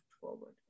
forward